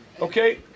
Okay